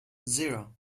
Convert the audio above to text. zero